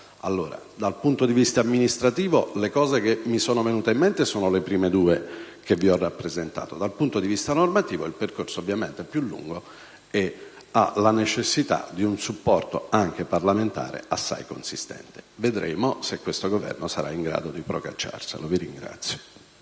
Allora, dal punto di vista amministrativo, gli interventi che mi sono venuti in mente sono i primi due che vi ho rappresentato; dal punto di vista normativo il percorso, ovviamente, è più lungo e necessita di un supporto, anche parlamentare, assai consistente. Vedremo se questo Governo sarà in grado di procacciarselo.